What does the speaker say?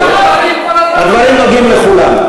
זה נוגע גם לך.